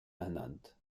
ernannt